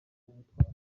witwara